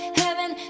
heaven